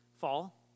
fall